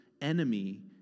enemy